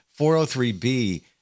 403B